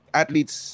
athletes